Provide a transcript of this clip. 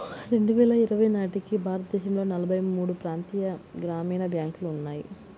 రెండు వేల ఇరవై నాటికి భారతదేశంలో నలభై మూడు ప్రాంతీయ గ్రామీణ బ్యాంకులు ఉన్నాయి